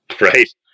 Right